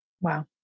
Wow